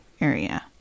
area